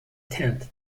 tent